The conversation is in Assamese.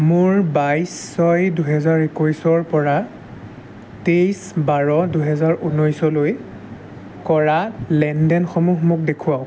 মোৰ বাইছ ছয় দুহেজাৰ একৈছৰ পৰা তেইছ বাৰ দুহেজাৰ ঊনৈছলৈ কৰা লেনদেনসমূহ মোক দেখুৱাওক